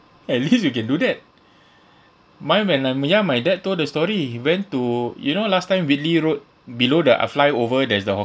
at least you can do that mine when I'm young my dad told the story he went to you know last time whitley road below the uh flyover there's the haw~